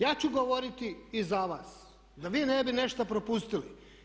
Ja ću govoriti i za vas da vi ne bi nešto propustili.